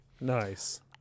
Nice